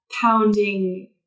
pounding